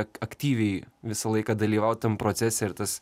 ak aktyviai visą laiką dalyvaut tam procese ir tas